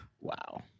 Wow